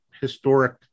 historic